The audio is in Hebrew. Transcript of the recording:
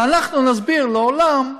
ואנחנו נסביר לעולם,